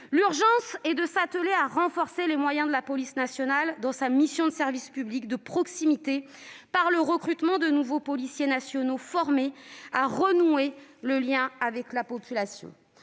L'urgence est de s'atteler au renforcement des moyens de la police nationale, dans sa mission de service public et de proximité, par le recrutement de nouveaux policiers nationaux formés à renouer le lien avec la population.